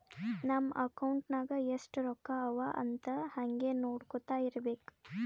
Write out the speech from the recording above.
ನಮ್ ಅಕೌಂಟ್ ನಾಗ್ ಎಸ್ಟ್ ರೊಕ್ಕಾ ಅವಾ ಅಂತ್ ಹಂಗೆ ನೊಡ್ಕೊತಾ ಇರ್ಬೇಕ